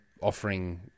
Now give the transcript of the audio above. offering